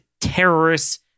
terrorists